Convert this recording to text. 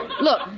Look